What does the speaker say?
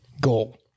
goal